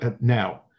now